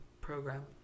program